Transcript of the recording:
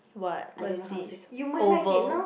what what is this oval